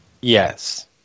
Yes